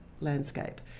landscape